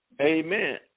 Amen